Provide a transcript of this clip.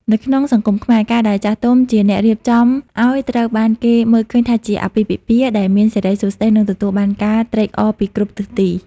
នៅក្នុងសង្គមខ្មែរ ការដែលចាស់ទុំជាអ្នករៀបចំឱ្យ ត្រូវបានគេមើលឃើញថាជា "អាពាហ៍ពិពាហ៍ដែលមានសិរីសួស្តី" និងទទួលបានការត្រេកអរពីគ្រប់ទិសទី។